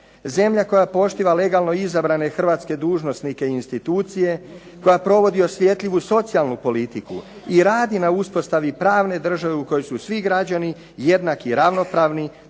zemlja koja poštiva legalno izabrane hrvatske dužnosnike i institucije, koja provodi osjetljivu socijalnu politiku i radi na uspostavi pravne države u kojoj su svi građani jednaki i ravnopravni.